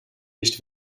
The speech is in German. nicht